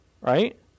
Right